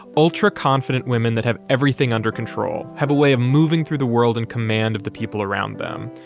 ultra confident women that have everything under control have a way of moving through the world in command of the people around them.